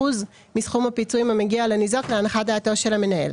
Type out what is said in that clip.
מסכום הפיצויים המגיע לניזוק להנחת דעתו של המנהל,